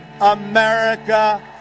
America